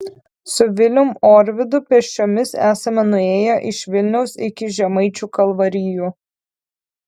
su vilium orvidu pėsčiomis esame nuėję iš vilniaus iki žemaičių kalvarijų